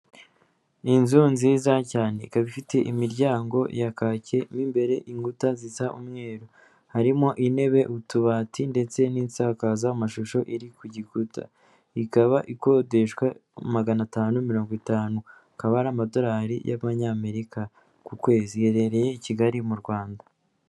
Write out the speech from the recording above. Ni inzu nziza cyane ikaba ifite imiryango ya kake mo imbere inkuta zisa umweru, harimo intebe, utubati ndetse n'insakazamashusho iri kukuta, ikaba ikodeshwa magana atanu mirongo itanu akaba ari amadolari y'Amanyamerika ku kwezi, iherereye i Kigali mu Rwanda.